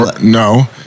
no